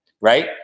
right